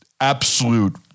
absolute